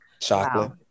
Chocolate